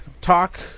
talk